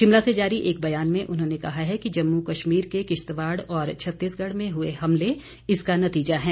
शिमला से जारी एक बयान में उन्होंने कहा है कि जम्मू कश्मीर के किश्तवाड़ और छत्तीसगढ़ में हुए हमले इसका नतीजा है